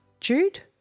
Jude